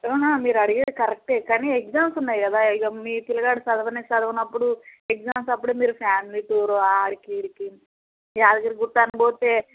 మీరు అడిగేది కరెక్టే కానీ ఎగ్జామ్స్ ఉన్నాయి కదా ఇక మీ పిల్లవాడు చదవనే చదవనప్పుడు ఎగ్జామ్స్ అప్పుడు మీరు ఫ్యామిలీ టూర్ ఆడికి ఈడికి యాదగిరిగుట్ట అని పోతే